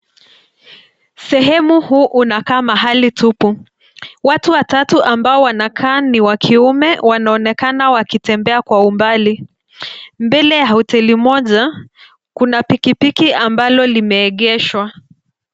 Sehemu huu unakaa mahali tupu. Watu watatu ambao wanakaa ni wa kiume wanaonekana wakitembea kwa umbali. Mbele ya hoteli moja, kuna pikipiki ambalo limeegeshwa.